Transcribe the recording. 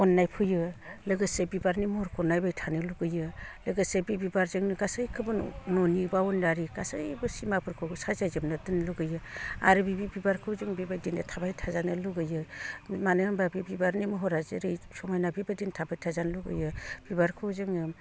अन्नाय फैयो लोगोसे बिबारनि महरखौ नायबाय थानो लुगैयो लोगोसे बे बिबारजोंनो गासैबो न'नि बावनदारि गासैबो सिमाफोरखौबो साजाय जोबनो दोन्नो लुगैयो आरो बे बिबारखौ जों बेबायदिनो थाबाय थाजानो लुगैयो मानो होनबा बे बिबारनि महरा जेरै समायना बेबायदिनो थाबाय थाजानो लुगैयो बिबारखौ जोङो